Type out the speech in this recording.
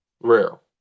real